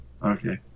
Okay